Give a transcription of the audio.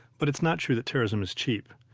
but it's not true that terrorism is cheap.